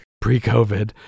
pre-COVID